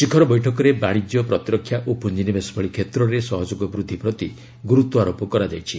ଶିଖର ବୈଠକରେ ବାଣିଜ୍ୟ ପ୍ରତିରକ୍ଷା ଓ ପୁଞ୍ଜିନିବେଶ ଭଳି କ୍ଷେତ୍ରରେ ସହଯୋଗ ବୃଦ୍ଧି ପ୍ରତି ଗୁରୁତ୍ୱାରୋପ କରାଯାଇଛି